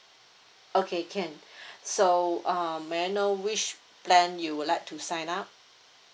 okay can so um may I know which plan you would like to sign up